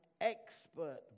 expert